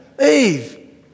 Eve